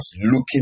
looking